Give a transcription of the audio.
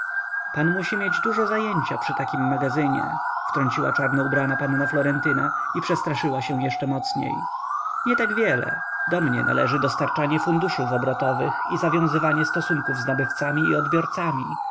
pan musi mieć dużo zajęcia przy takim magazynie wtrąciła czarno ubrana panna florentyna i przestraszyła się jeszcze mocniej nie tak wiele do mnie należy dostarczanie funduszów obrotowych i zawiązywanie stosunków z nabywcami i odbiorcami